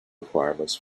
requirements